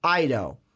Ido